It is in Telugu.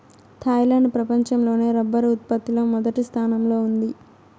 థాయిలాండ్ ప్రపంచం లోనే రబ్బరు ఉత్పత్తి లో మొదటి స్థానంలో ఉంది